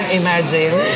imagine